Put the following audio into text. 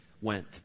went